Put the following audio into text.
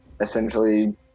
Essentially